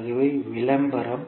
ஆகவே விளம்பரம்